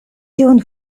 tiun